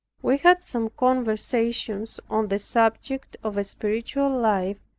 we had some conversations on the subject of a spiritual life,